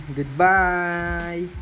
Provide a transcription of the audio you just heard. goodbye